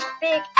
big